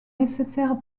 nécessaire